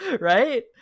right